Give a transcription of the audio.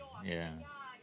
yeah